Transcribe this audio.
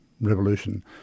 revolution